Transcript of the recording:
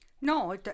No